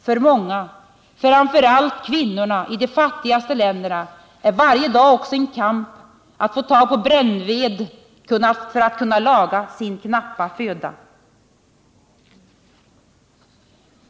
För många, framför allt kvinnorna i de fattigaste länderna, är varje dag också en kamp för att få tag på brännved för att kunna laga sin knappa föda.